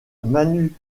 manu